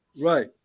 Right